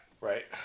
Right